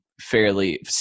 fairly